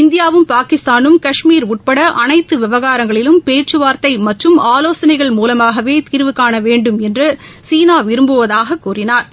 இந்தியாவும் பாகிஸ்தானும் கஷ்மீர் உட்பட அனைத்து விவகாரங்களிலும் பேச்சுவார்தை மற்றும் ஆலோசனைகள் மூலமாகவே தீர்வு காண வேண்டுமென்று சீனா விரும்புவதாகக் கூறினாா்